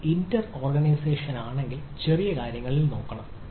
ഒരു ഇന്റർ ഓർഗനൈസേഷനാണെങ്കിൽ ചെറിയ കാര്യങ്ങൾ നോക്കാം